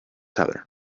heather